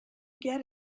get